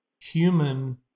human